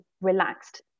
relaxed